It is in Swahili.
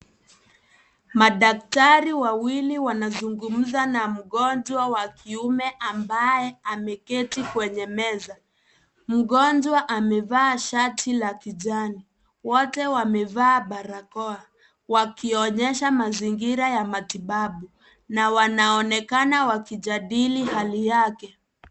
Madaktari wawili wanazungumza na mgonjwa wa kiume ambaye ameketi kwenye meza. Mgonjwa amevaa shati la kijani. Wote wamevaa barakoa. Wakionyesha mazingira ya matibabu na wanaonekana wakijadili hali yake.